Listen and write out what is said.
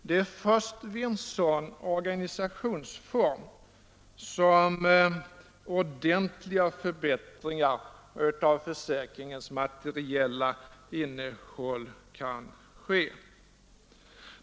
Det är först vid en sådan organisationsform som ordentliga förbättringar av försäkringens materiella innehåll kan ske.